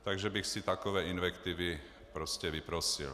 Takže bych si takové invektivy prostě vyprosil.